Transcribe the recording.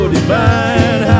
divine